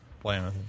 playing